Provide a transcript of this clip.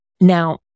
Now